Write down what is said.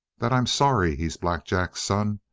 that i'm sorry he's black jack's son,